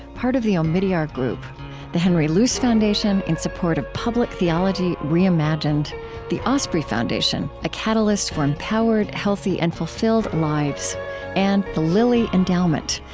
part of the omidyar group the henry luce foundation, in support of public theology reimagined the osprey foundation a catalyst for empowered, healthy, and fulfilled lives and the lilly endowment,